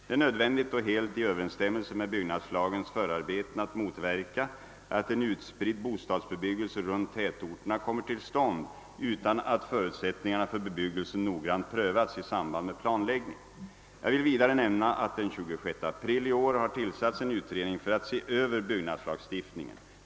Det är nödvändigt och helt i överensstämmelse med byggnadslagens förarbeten att motverka att en utspridd bostadsbebyggelse runt tätorterna kommer till stånd utan att förutsättningarna för bebyggelsen noggrant prövats i samband med planläggning. Jag vill vidare nämna att den 26 april i år har tillsatts en utredning för att överse byggnadslagstiftningen.